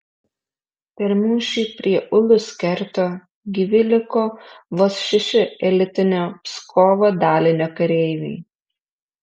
per mūšį prie ulus kerto gyvi liko vos šeši elitinio pskovo dalinio kareiviai